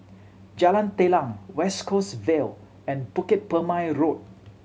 Jalan Telang West Coast Vale and Bukit Purmei Road